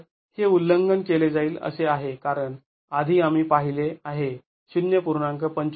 तर हे उल्लंघन केले जाईल असे आहे कारण आधी आम्ही पाहिले आहे ०